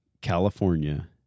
California